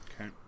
Okay